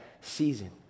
season